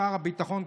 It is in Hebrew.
שער הביטחון,